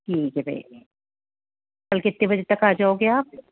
ठीक है भैया कल कितने बजे तक आ जाओगे आप